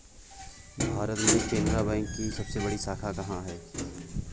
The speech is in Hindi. भारत में केनरा बैंक की सबसे बड़ी शाखा कहाँ पर है?